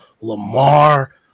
Lamar